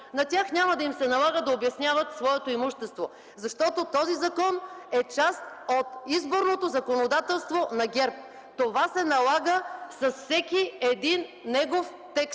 На тях няма да им се налага да обясняват своето имущество, защото този закон е част от изборното законодателство на ГЕРБ. Това се налага с всеки един негов текст.